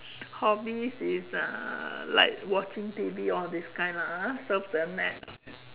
hobbies is uh like watching T_V all these kind lah ah surf the net